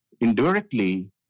Indirectly